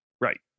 Right